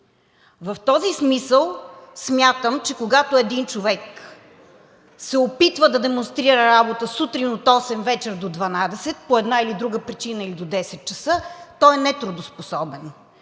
В този смисъл смятам, че когато един човек се опитва да демонстрира работа сутрин от 8,00 ч. и вечер до 24,00 ч., по една или друга причина, или до 22,00 ч., той е нетрудоспособен.